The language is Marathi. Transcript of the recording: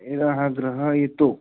हिरा हा ग्रह येतो